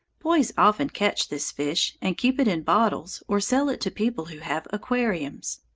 boys often catch this fish, and keep it in bottles or sell it to people who have aquariums.